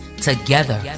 together